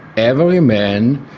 every man